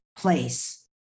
place